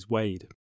Wade